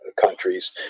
countries